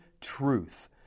truth